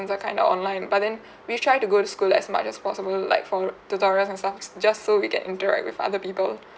are kind of online but then we try to go to school as much as possible like for tutorials and stuff s~ just so we can interact with other people